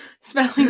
Spelling